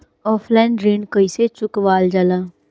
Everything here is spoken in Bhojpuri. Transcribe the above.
ऑफलाइन ऋण कइसे चुकवाल जाला?